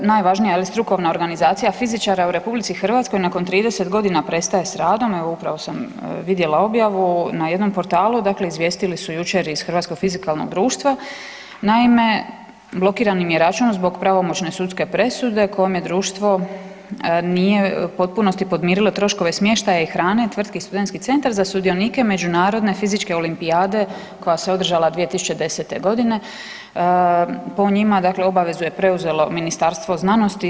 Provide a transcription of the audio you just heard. Najvažnija, je li, strukovna organizacija fizičara u RH, nakon 30 godina prestaje s radom, evo, upravo sam vidjela objavu na jednom portalu, dakle izvijestili su jučer iz Hrvatskog fizikalnog društva, naime, blokiran im je račun zbog pravomoćne sudske presude kojem društvo nije u potpunosti podmirilo troškove smještaja i hrane tvrtki Studenski centar za sudionike Međunarodne fizičke olimpijade koja se održala 2010. g. Po njima, dakle obavezu je preuzelo Ministarstvo znanosti.